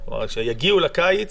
יגיעו לקיץ,